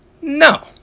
No